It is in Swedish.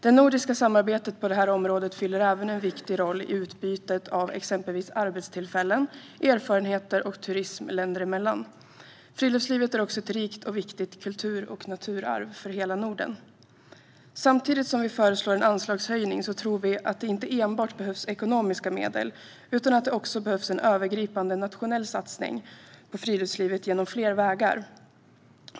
Det nordiska samarbetet på det här området fyller även en viktig roll i utbytet av exempelvis arbetstillfällen, erfarenheter och turism länder emellan. Friluftslivet är också ett rikt och viktigt kultur och naturarv för hela Norden. Samtidigt som vi föreslår en anslagshöjning tror vi att det inte enbart behövs ekonomiska medel utan att det också behövs en övergripande nationell satsning på friluftslivet genom fler vägar.